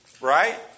Right